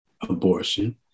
abortion